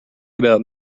about